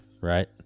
right